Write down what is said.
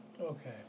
Okay